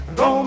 go